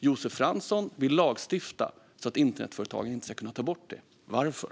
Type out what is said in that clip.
Josef Fransson vill lagstifta så att internetföretagen inte ska kunna ta bort det - varför?